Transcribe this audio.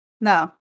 No